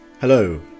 Hello